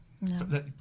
No